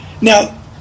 Now